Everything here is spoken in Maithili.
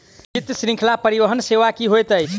शीत श्रृंखला परिवहन सेवा की होइत अछि?